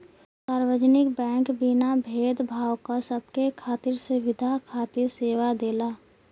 सार्वजनिक बैंक बिना भेद भाव क सबके खातिर सुविधा खातिर सेवा देला